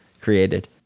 created